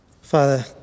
father